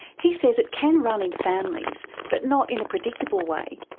he says it can run in families but not in a predictable way.